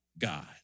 God